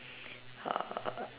err